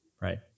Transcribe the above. right